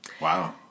Wow